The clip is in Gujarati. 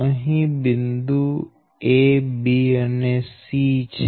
અહી બિંદુ ab અને c છે